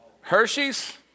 Hershey's